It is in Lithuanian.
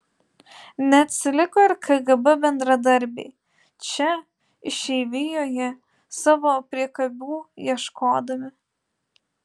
neatsiliko ir kgb bendradarbiai čia išeivijoje savo priekabių ieškodami